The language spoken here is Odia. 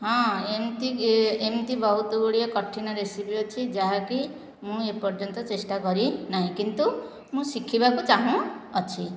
ହଁ ଏମିତି ଏମିତି ବହୁତ ଗୁଡ଼ିଏ କଠିନ ରେସିପି ଅଛି ଯାହାକି ମୁଁ ଏ ପର୍ଯ୍ୟନ୍ତ ଚେଷ୍ଟା କରିନାହିଁ କିନ୍ତୁ ମୁଁ ଶିଖିବାକୁ ଚାହୁଁ ଅଛି